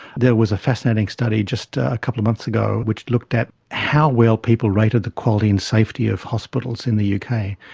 there was a fascinating study just a couple of months ago which looked at how well people rated the quality and safety of hospitals in the uk,